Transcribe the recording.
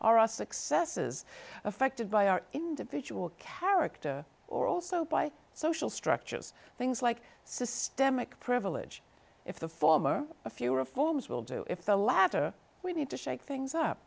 our successes affected by our individual character or also by social structures things like systemic privilege if the former a few reforms will do if the latter we need to shake things up